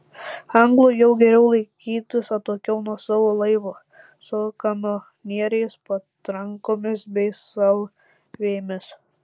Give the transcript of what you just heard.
anglui jau geriau laikytis atokiau nuo savo laivo su kanonieriais patrankomis bei salvėmis